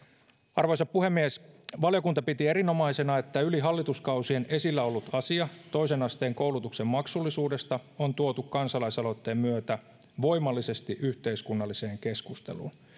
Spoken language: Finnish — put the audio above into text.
arvoisa puhemies valiokunta piti erinomaisena että yli hallituskausien esillä ollut asia toisen asteen koulutuksen maksullisuudesta on tuotu kansalaisaloitteen myötä voimallisesti yhteiskunnalliseen keskusteluun